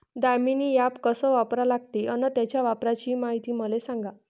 Damini app कस वापरा लागते? अन त्याच्या वापराची मायती मले सांगा